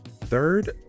Third